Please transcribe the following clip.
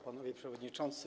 Panowie Przewodniczący!